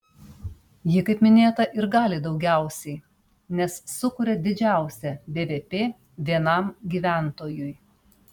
ji kaip minėta ir gali daugiausiai nes sukuria didžiausią bvp vienam gyventojui